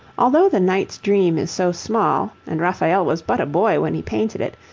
although the knight's dream is so small, and raphael was but a boy when he painted it,